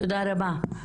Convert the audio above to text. תודה רבה.